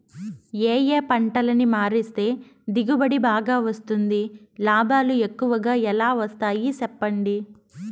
ఏ ఏ పంటలని మారిస్తే దిగుబడి బాగా వస్తుంది, లాభాలు ఎక్కువగా ఎలా వస్తాయి సెప్పండి